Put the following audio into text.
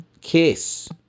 Kiss